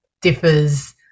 differs